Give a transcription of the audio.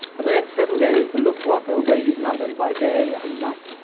for the next seven days the luftwaffe raided london by day and night.